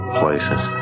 places